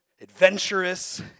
adventurous